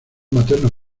maternos